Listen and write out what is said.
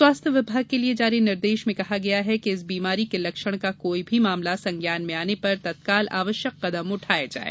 स्वास्थ विभाग के लिए जारी निर्देश में कहा गया है कि इस बीमारी के लक्षण का कोई भी मामला संज्ञान में आने पर तत्काल आवश्यक कदम उठाए जाये